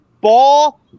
ball